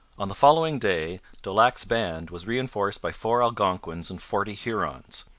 on the following day daulac's band was reinforced by four algonquins and forty hurons,